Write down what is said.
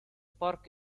park